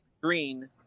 green